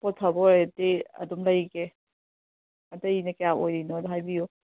ꯄꯣꯠ ꯐꯕ ꯑꯣꯏꯔꯗꯤ ꯑꯗꯨꯝ ꯂꯩꯒꯦ ꯑꯇꯩꯅ ꯀꯌꯥ ꯑꯣꯏꯔꯤꯅꯣꯗꯣ ꯍꯥꯏꯕꯤꯎ